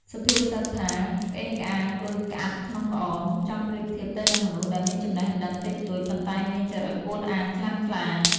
សុភាសិតថា «ក្អេងក្អាងដូចក្អាត់ក្នុងក្អម»ចង់ប្រៀបធៀបទៅនឹងមនុស្សដែលមានចំណេះដឹងតិចតួច ប៉ុន្តែមានចរិតអួតអាងខ្លាំងក្លា។